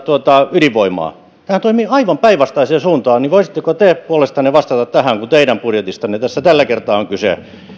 ydinvoimaa tämähän toimii aivan päinvastaiseen suuntaan voisitteko te puolestanne vastata tähän kun teidän budjetistanne tässä tällä kertaa on kyse